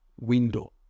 window